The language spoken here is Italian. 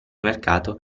mercato